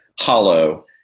hollow